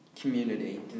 Community